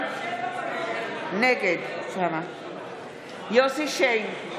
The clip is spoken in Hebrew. נגד יוסף שיין,